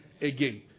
again